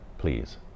Please